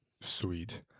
Sweet